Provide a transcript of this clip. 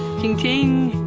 ching ching!